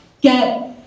get